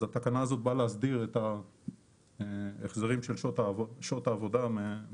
אז התקנה הזאת באה להסדיר את ההחזרים של שעות העבודה מהתעשיות.